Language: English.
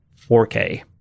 4K